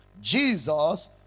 Jesus